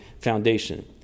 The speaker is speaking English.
foundation